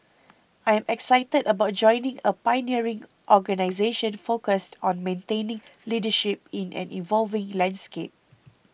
I'm excited about joining a pioneering organisation focused on maintaining leadership in an evolving landscape